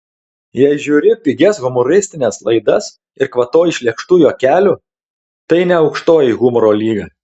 jei žiūri pigias humoristines laidas ir kvatoji iš lėkštų juokelių tai ne aukštoji humoro lyga